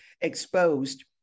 exposed